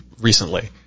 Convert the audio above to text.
recently